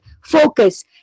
Focus